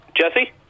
Jesse